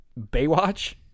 Baywatch